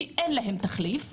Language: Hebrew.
כי אין להם תחליף,